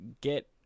get